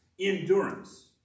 endurance